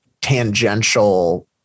tangential